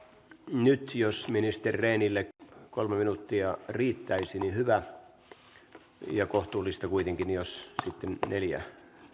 nyt jos ministeri rehnille kolme minuuttia riittäisi niin hyvä ja kohtuullista kuitenkin jos sitten neljään